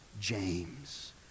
James